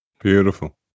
Beautiful